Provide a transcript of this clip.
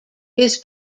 his